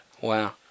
Wow